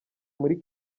muri